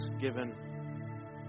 given